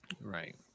Right